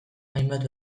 hainbat